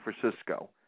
Francisco